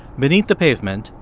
beneath the pavement,